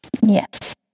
Yes